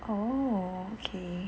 oh okay